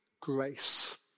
Grace